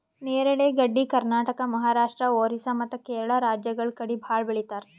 ನೇರಳೆ ಗಡ್ಡಿ ಕರ್ನಾಟಕ, ಮಹಾರಾಷ್ಟ್ರ, ಓರಿಸ್ಸಾ ಮತ್ತ್ ಕೇರಳ ರಾಜ್ಯಗಳ್ ಕಡಿ ಭಾಳ್ ಬೆಳಿತಾರ್